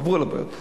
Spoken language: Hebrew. עברו את הבעיות.